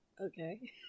Okay